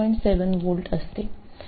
7V असते